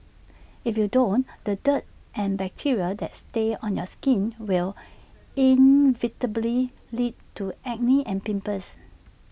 if you don't want the dirt and bacteria that stays on your skin will inevitably lead to acne and pimples